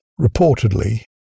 reportedly